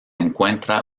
encuentra